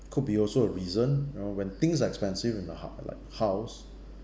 could be also a reason you know when things are expensive in the house~ like house